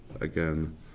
again